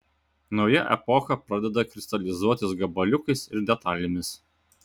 nauja epocha pradeda kristalizuotis gabaliukais ir detalėmis